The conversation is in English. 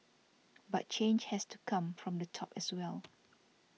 but change has to come from the top as well